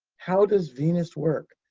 how does venus work?